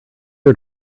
are